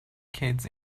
kids